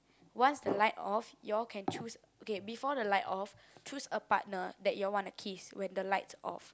once the light off you all can choose okay before the light off choose a partner that you all want to kiss when the lights off